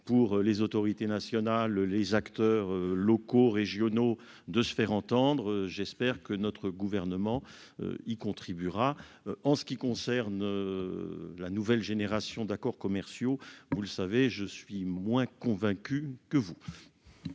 pour les autorités nationales, les acteurs locaux, régionaux, de se faire entendre, j'espère que notre gouvernement il contribuera en ce qui concerne la nouvelle génération d'accords commerciaux, vous le savez, je suis moins convaincu que vous.